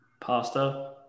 Pasta